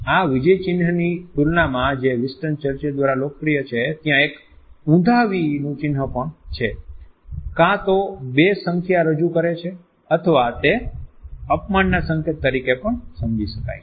આ વિજય ચિન્હની તુલનામાં જે વિન્સ્ટન ચર્ચિલ દ્વારા લોકપ્રિય છે ત્યાં એક ઉંધા 'V' નું ચિન્હ પણ છે જે કાં તો બે સંખ્યા રજૂ કરે છે અથવા તે અપમાનના સંકેત તરીકે પણ સમજી શકાય છે